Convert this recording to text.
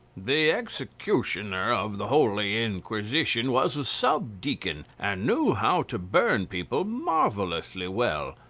the executioner of the holy inquisition was a sub-deacon, and knew how to burn people marvellously well,